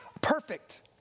perfect